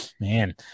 Man